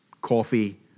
coffee